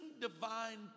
divine